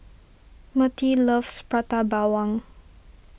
Mertie loves Prata Bawang